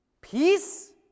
Peace